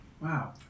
Wow